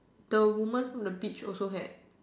the woman from the beach also had